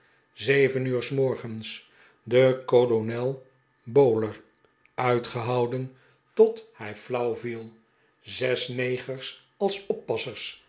zeven uur s morgens de kolonel bowler uitgehouden tot hij flauw viel zes negers als oppassers